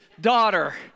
daughter